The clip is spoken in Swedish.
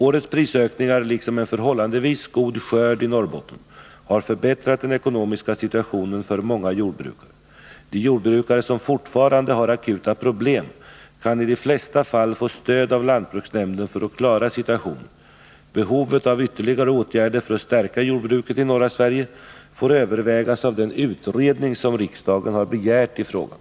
Årets prisökningar liksom en förhållandevis god skörd i Norrbotten har förbättrat den ekonomiska situationen för många jordbrukare. De jordbrukare som fortfarande har akuta problem kan i de flesta fall få stöd av lantbruksnämnden för att klara situationen. Behovet av ytterligare åtgärder för att stärka jordbruket i norra Sverige får övervägas av den utredning som riksdagen har begärt i frågan.